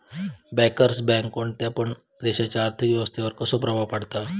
Bankers bank कोणत्या पण देशाच्या अर्थ व्यवस्थेवर कसो प्रभाव पाडता?